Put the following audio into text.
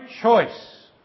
choice